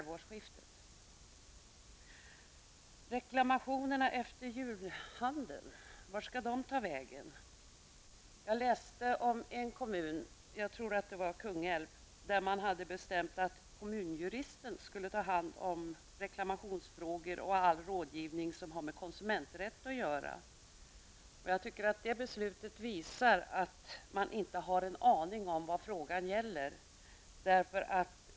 Vart skall reklamationerna efter julhandeln ta vägen? Jag läste om en kommun -- jag tror att det var Kungälv -- där man hade bestämt att kommunjuristen skulle ta hand om reklamationsfrågor och all rådgivning som har med konsumenträtt att göra. Det beslutet visar att man inte har en aning om vad frågan gäller.